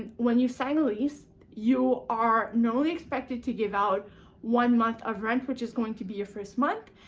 and when you sign the lease you are not only expected to give out one month of rent, which is going to be your first month,